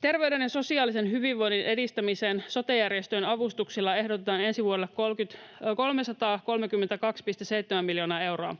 Terveyden ja sosiaalisen hyvinvoinnin edistämiseen sote-järjestöjen avustuksella ehdotetaan ensi vuodelle 332,7 miljoonaa euroa.